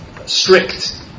strict